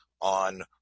on